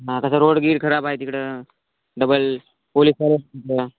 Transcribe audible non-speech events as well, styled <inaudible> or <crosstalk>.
हां तसं रोड गीड खराब आहे तिकडं डबल पोलिस <unintelligible>